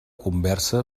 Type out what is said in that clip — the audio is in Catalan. conversa